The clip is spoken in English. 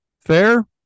Fair